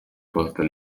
pastor